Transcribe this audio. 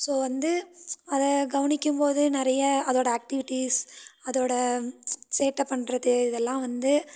so வந்து அதை கவனிக்கும் போது நிறைய அதோடய ஆக்ட்டிவிட்டீஸ் அதோடய சேட்டை பண்ணுறது இதெல்லாம் வந்து